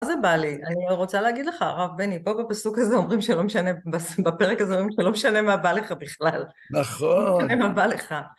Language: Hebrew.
-מה זה בא לי? אני רוצה להגיד לך, הרב בני, פה בפסוק הזה אומרים שלא משנה... בפרק הזה אומרים שלא משנה מה בא לך בכלל. -נכון. -משנה מה בא לך.